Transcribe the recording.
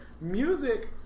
music